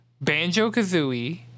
Banjo-Kazooie